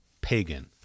pagan